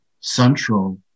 central